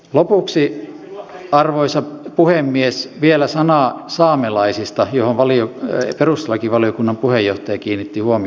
lopuksi arvoisa puhemies vielä sana saamelaisista joihin perustuslakivaliokunnan puheenjohtaja kiinnitti huomiota